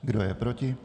Kdo je proti?